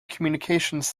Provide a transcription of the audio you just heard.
communications